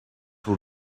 will